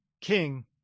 king